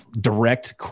direct